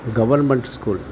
government school